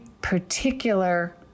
particular